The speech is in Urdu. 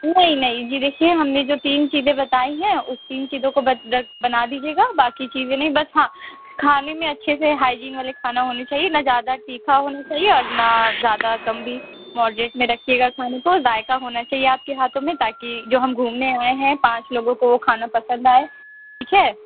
نہیں نہیں جی دیکھیے ہم نے جو تین چیزیں بتائی ہیں اس تین چیزوں کو بد رکھ بنا دیجیے گا باقی چیزیں نہیں بس ہاں کھانے میں اچھے سے ہائجین والے کھانا ہونے چاہیے نہ زیادہ تیکھا ہونا چاہیے اور نہ زیادہ کم بھی ماڈریٹ میں رکھیے گا کھانے کو ذائقہ ہونا چاہیے آپ کے ہاتھوں میں تاکہ جو ہم گھومنے آئے ہیں پانچ لوگوں کو وہ کھانا پسند آئے ٹھیک ہے